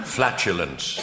Flatulence